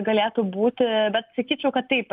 galėtų būti bet sakyčiau kad taip